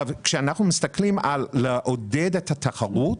כשאנחנו מסתכלים על עידוד התחרות,